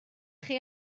chi